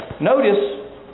Notice